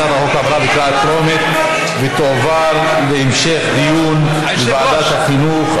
הצעת החוק עברה בקריאה טרומית ותועבר להמשך דיון בוועדת החינוך,